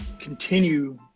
continue